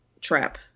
trap